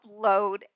upload